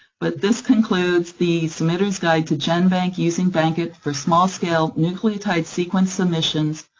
but this concludes the submitter's guide to genbank using bankit for small scale nucleotide sequence submissions,